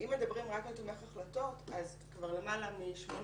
אם מדברים רק על תומך החלטות אז למעלה מ-80